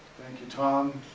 thank you tom.